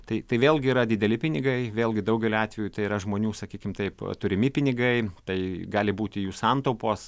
tai tai vėlgi yra dideli pinigai vėlgi daugeliu atvejų tai yra žmonių sakykim taip turimi pinigai tai gali būti jų santaupos